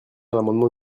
l’amendement